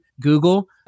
Google